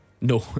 No